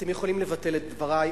אתם יכולים לבטל את דברי.